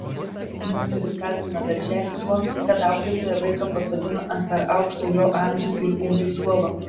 moteris kaltina darželį tuo kad auklėtoja vaiką pasodino ant per aukšto jo amžiui ir ūgiui suolo